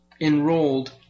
enrolled